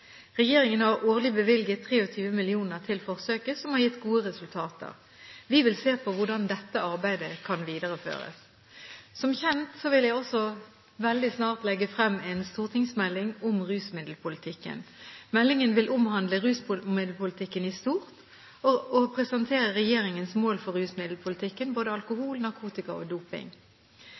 Regjeringen har årlig bevilget 23 mill. kr til forsøket, som har gitt gode resultater. Vi vil se på hvordan dette arbeidet kan videreføres. Som kjent vil jeg også veldig snart legge frem en stortingsmelding om rusmiddelpolitikken. Meldingen vil omhandle rusmiddelpolitikken i stort og presentere regjeringens mål for rusmiddelpolitikken når det gjelder både alkohol, narkotika og doping.